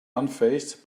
unfazed